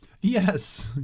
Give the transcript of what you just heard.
Yes